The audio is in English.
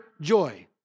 joy